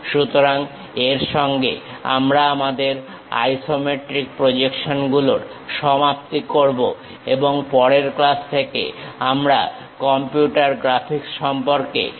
সুতরাং এর সঙ্গে আমরা আমাদের আইসোমেট্রিক প্রজেকশনগুলোর সমাপ্তি করব এবং পরের ক্লাস থেকে আমরা কম্পিউটার গ্রাফিক্স সম্পর্কে শিখব